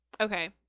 Okay